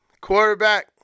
Quarterback